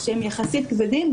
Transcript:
שהם יחסית כבדים,